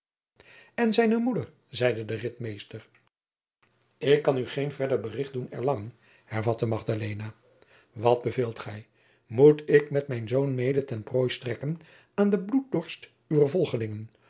en zijne moeder zeide de ritmeester ik kan u geen verder bericht doen erlangen hervatte magdalena wat beveelt gij moet ik met mijn zoon mede ten prooi strekken aan de bloeddorst uwer volgelingen